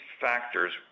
factors